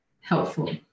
helpful